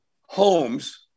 homes